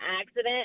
accident